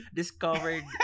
discovered